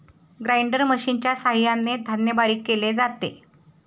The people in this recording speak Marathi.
ग्राइंडर मशिनच्या सहाय्याने धान्य बारीक केले जाते